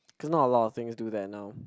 cause not a lot of things do that now